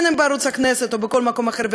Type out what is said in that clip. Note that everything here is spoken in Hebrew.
אם בערוץ הכנסת או בכל מקום אחר,